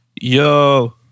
Yo